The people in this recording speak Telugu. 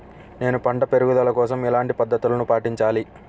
నేను పంట పెరుగుదల కోసం ఎలాంటి పద్దతులను పాటించాలి?